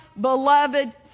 beloved